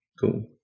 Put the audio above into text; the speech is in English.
cool